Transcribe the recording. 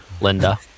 Linda